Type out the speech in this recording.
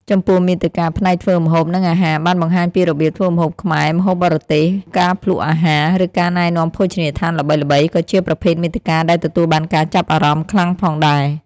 ចំពោះមាតិកាផ្នែកធ្វើម្ហូប និងអាហារ បានបង្ហាញពីរបៀបធ្វើម្ហូបខ្មែរ ម្ហូបបរទេស ការភ្លក្សអាហារ ឬការណែនាំភោជនីយដ្ឋានល្បីៗក៏ជាប្រភេទមាតិកាដែលទទួលបានការចាប់អារម្មណ៍ខ្លាំងផងដែរ។